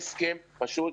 זה הסיפור.